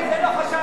על זה לא חשבתי.